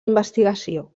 investigació